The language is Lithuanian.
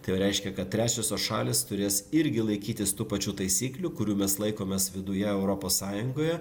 tai reiškia kad trečiosios šalys turės irgi laikytis tų pačių taisyklių kurių mes laikomės viduje europos sąjungoje